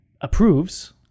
approves